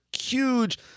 huge